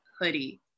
hoodie